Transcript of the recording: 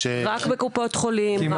רק בקופות חולים?